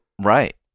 Right